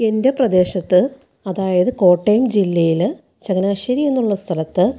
എൻ്റെ പ്രദേശത്ത് അതായത് കോട്ടയം ജില്ലയിൽ ചങ്ങനാശ്ശേരി എന്നുള്ള സ്ഥലത്ത്